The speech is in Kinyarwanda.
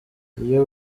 iyo